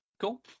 cool